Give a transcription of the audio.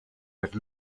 but